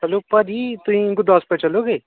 hello ਭਾਅ ਜੀ ਤੁਸੀਂ ਗੁਰਦਾਸਪੁਰ ਚੱਲੋਗੇ